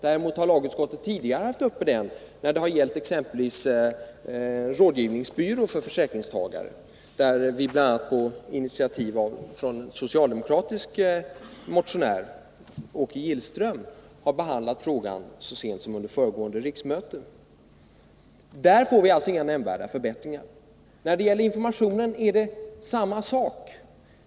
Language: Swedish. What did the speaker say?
Däremot har lagutskottet tidigare berört den frågan, exempelvis i samband med behandlingen av ett förslag om rådgivningsbyråer för försäkringstagare. Den frågan behandlade vi under föregående riksmöte, bl.a. på grundval av en socialdemokratisk motion, nämligen en motion av Åke Gillström. I det avseendet ger den nu föreslagna lagen inga nämnvärda förbättringar. I fråga om informationen gäller samma sak.